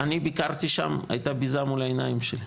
אני ביקרתי שם, היתה ביזה מול העיניים שלי.